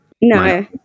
no